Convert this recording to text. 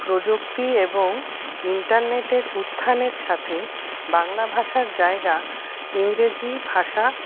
প্রযুক্তি এবং ইন্টারনেটের উত্থানের সাথে বাংলা ভাষার জায়গা ইংরেজি ভাষা